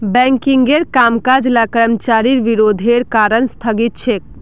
बैंकिंगेर कामकाज ला कर्मचारिर विरोधेर कारण स्थगित छेक